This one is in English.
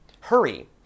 Hurry